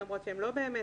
למרות שהם לא באמת,